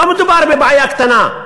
לא מדובר בבעיה קטנה,